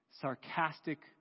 sarcastic